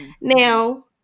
Now